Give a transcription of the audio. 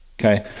Okay